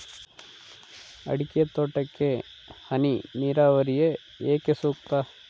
ಅಡಿಕೆ ತೋಟಕ್ಕೆ ಹನಿ ನೇರಾವರಿಯೇ ಏಕೆ ಸೂಕ್ತ?